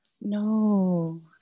No